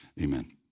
Amen